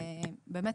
באמת,